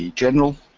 general,